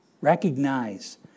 Recognize